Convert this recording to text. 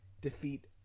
defeat